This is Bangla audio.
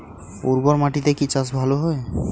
উর্বর মাটিতে কি চাষ ভালো হয়?